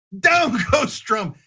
down goes trump.